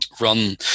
run